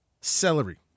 celery